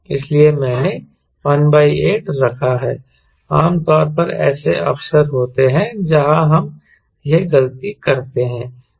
इसलिए मैंने 18 रखा है आम तौर पर ऐसे अवसर होते हैं जहां हम यह गलती करते हैं